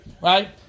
Right